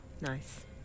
Nice